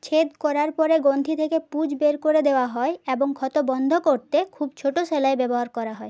ছেদ করার পরে গ্রন্থি থেকে পুঁজ বের করে দেওয়া হয় এবং ক্ষত বন্ধ করতে খুব ছোটো সেলাই ব্যবহার করা হয়